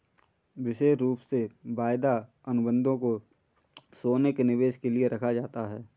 विशेष रूप से वायदा अनुबन्धों को सोने के निवेश के लिये रखा जाता है